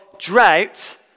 drought